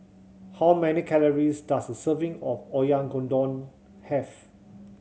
how many calories does a serving of Oyakodon have